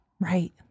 Right